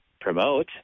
promote